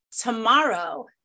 tomorrow